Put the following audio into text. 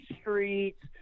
streets